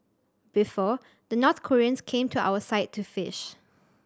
before the North Koreans came to our side to fish